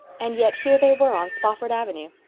and yet here they were on spofford avenue!